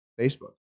Facebook